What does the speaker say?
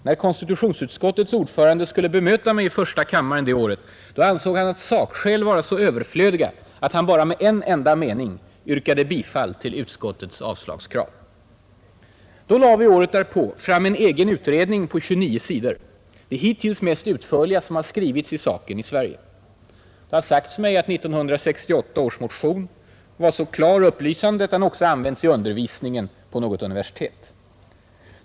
När konstitutionsutskottets ordförande skulle bemöta mig i första kammaren, ansåg han sakskäl vara så överflödiga att han bara med en enda mening yrkade bifall till utskottets avslagskrav. Då lade vi året därpå fram en egen utredning på 29 sidor, det hittills mest utförliga som skrivits i saken i Sverige. Det har sagts mig att 1968 års motion var så klar och upplysande att den också använts i undervisningen vid något universitet.